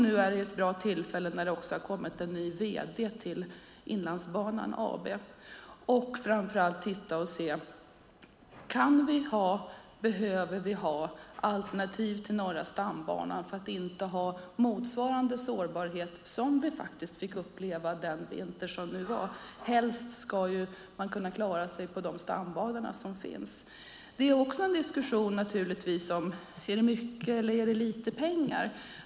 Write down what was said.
Nu är det ett bra tillfälle när det har kommit en ny vd till Inlandsbanan AB. Framför allt handlar det om att titta på om vi behöver ha alternativ till Norra stambanan för att inte ha motsvarande sårbarhet som vi faktiskt fick uppleva den vinter som var. Helst ska man kunna klara sig på de stambanor som finns. Det är naturligtvis också en diskussion om huruvida det är mycket eller lite pengar.